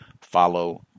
Follow